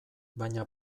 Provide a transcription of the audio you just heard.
baina